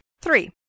Three